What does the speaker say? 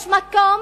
יש מקום